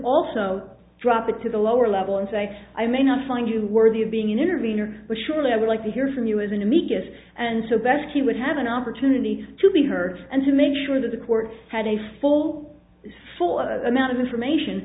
also drop it to the lower level and say i may not find you worthy of being intervener but surely i would like to hear from you as an amicus and so best he would have an opportunity to be heard and to make sure that the court had a full solid amount of information